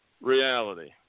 reality